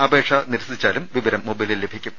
അപേക്ഷ നിരസിച്ചാലും വിവരം മൊബൈലിൽ ലഭിക്കും